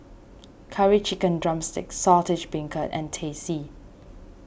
Curry Chicken Drumstick Saltish Beancurd and Teh C